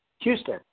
Houston